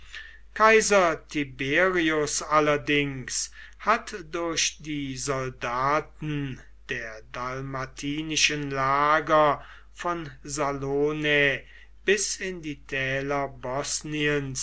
kaiser tiberius allerdings hat durch die soldaten der dalmatinischen lager von salonae bis in die